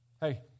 Hey